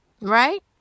Right